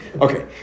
okay